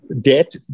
debt